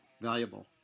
valuable